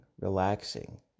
relaxing